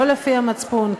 לא לפי המצפון,